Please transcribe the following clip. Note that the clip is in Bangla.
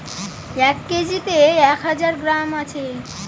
এক কেজিতে এক হাজার গ্রাম আছে